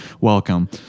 welcome